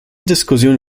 diskussion